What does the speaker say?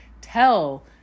tell